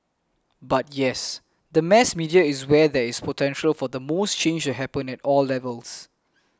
but yes the mass media is where there is potential for the most change to happen at all levels